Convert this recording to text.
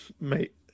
Mate